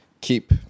keep